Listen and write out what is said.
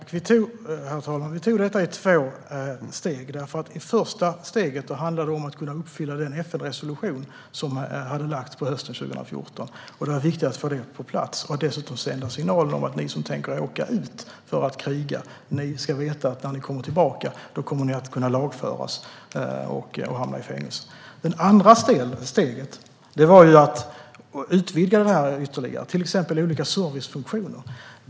Herr talman! Vi tog detta i två steg. I det första handlar det om att kunna uppfylla den FN-resolution som lades fram under hösten 2014. Det var viktigt att få den på plats. Vi ville dessutom sända en signal till dem som tänkte åka iväg och kriga för att de skulle veta att när de kommer tillbaka kommer de att kunna lagföras och hamna i fängelse. Det andra steget var att utvidga detta ytterligare, till exempel vad gäller olika servicefunktioner.